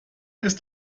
ist